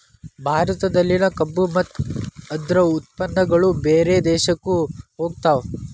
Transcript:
ಭಾರತದಲ್ಲಿನ ಕಬ್ಬು ಮತ್ತ ಅದ್ರ ಉತ್ಪನ್ನಗಳು ಬೇರೆ ದೇಶಕ್ಕು ಹೊಗತಾವ